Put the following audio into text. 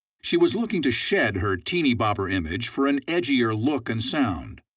she was looking to shed her teenybopper image for an edgier look and sound.